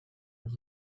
next